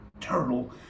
turtle